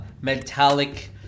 metallic